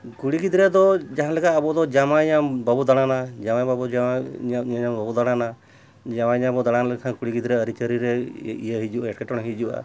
ᱠᱩᱲᱤ ᱜᱤᱫᱽᱨᱟᱹ ᱫᱚ ᱡᱟᱦᱟᱸ ᱞᱮᱠᱟ ᱟᱵᱚᱫᱚ ᱡᱟᱢᱟᱭ ᱧᱟᱢ ᱵᱟᱵᱚᱱ ᱫᱟᱬᱟᱱᱟ ᱡᱟᱶᱟᱭ ᱵᱟᱵᱚ ᱡᱟᱶᱟᱭ ᱧᱟᱢ ᱵᱟᱵᱚ ᱫᱟᱬᱟᱱᱟ ᱡᱟᱶᱟᱭ ᱧᱟᱢ ᱵᱚᱱ ᱫᱟᱬᱟ ᱞᱮᱠᱷᱟᱱ ᱠᱩᱲᱤ ᱜᱤᱫᱽᱨᱟᱹ ᱟᱹᱨᱤᱪᱟᱹᱞᱤ ᱨᱮ ᱤᱭᱟᱹ ᱦᱤᱡᱩᱜᱼᱟ ᱮᱸᱠᱮᱴᱚᱬᱮ ᱦᱤᱡᱩᱜᱼᱟ